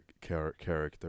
character